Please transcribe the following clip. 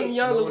young